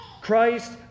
Christ